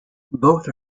both